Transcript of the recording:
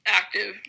active